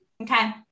Okay